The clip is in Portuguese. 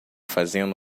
fazendo